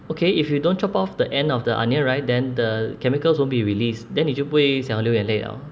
okay if you don't chop off the end of the onion right then the chemicals won't be released then 你就不会想流眼泪了